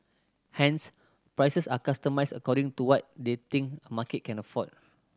hence prices are customised according to what they think a market can afford